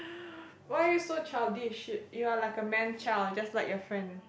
why you so childish you are like a man child just like your friend